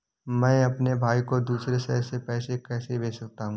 मैं अपने भाई को दूसरे शहर से पैसे कैसे भेज सकता हूँ?